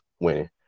winning